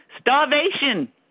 Starvation